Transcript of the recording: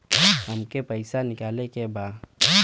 हमके पैसा निकाले के बा